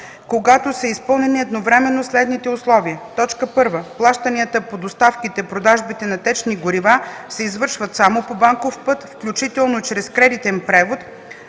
когато са изпълнени едновременно следните условия: 1. плащанията по доставките/продажбите на течни горива се извършват само по банков път, включително чрез кредитен превод,